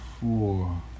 four